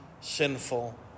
sinful